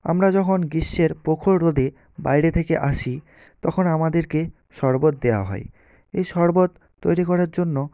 আমরা যখন গ্রীষ্মের প্রখর রোদে বাইরে থেকে আসি তখন আমাদেরকে শরবত দেওয়া হয় এ শরবত তৈরি করার জন্য